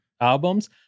albums